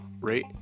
rate